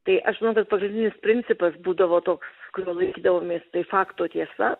tai aš manau kad pagrindinis principas būdavo toks kurio laikydavomės tai fakto tiesa